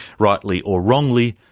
rightly or wrongly,